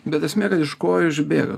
bet esmė kad iš kojų išbėga